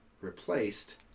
replaced